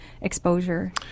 exposure